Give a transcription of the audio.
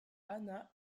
anna